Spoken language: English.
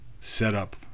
setup